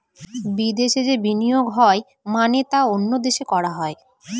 বিদেশে যে বিনিয়োগ হয় মানে তা অন্য দেশে করা হয়